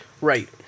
Right